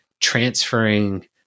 transferring